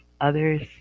others